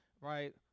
right